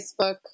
Facebook